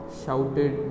shouted